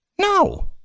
No